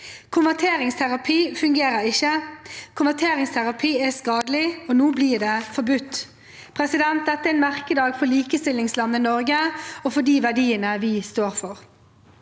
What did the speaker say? konverteringsterapi fungerer ikke, konverteringsterapi er skadelig – og nå blir det forbudt. Dette er en merkedag for likestillingslandet Norge og for de verdiene vi står for.